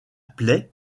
plaie